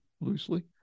loosely